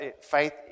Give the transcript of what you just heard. Faith